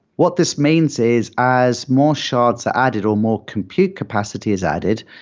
what this means is as more shards are added or more compute capacity is added,